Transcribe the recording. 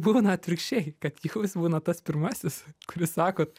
būna atvirkščiai kad jūs būnat tas pirmasis kuris sakot